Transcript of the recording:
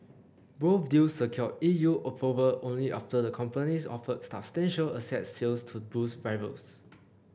both deals secured E U approval only after the companies offered substantial asset sales to boost rivals